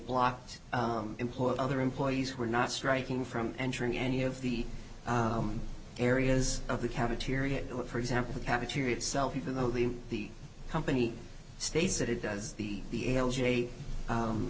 blocked employee other employees were not striking from entering any of the areas of the cafeteria for example the cafeteria itself even though the the company states that it does the the l